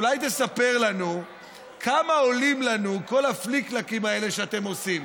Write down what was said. אולי תספר לנו כמה עולים לנו כל הפליק-פלאקים האלה שאתם עושים?